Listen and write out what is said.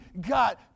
God